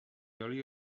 oli